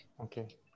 okay